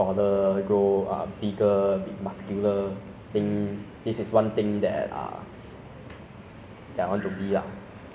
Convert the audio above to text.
to be ah short to be skinny is not good thing lah in school you will easily get bullied lah is what I've experienced before lah and it's truth ah